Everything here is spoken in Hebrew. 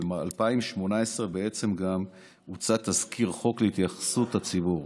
ב-2018 גם הוצא תזכיר חוק להתייחסות הציבור.